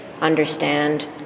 understand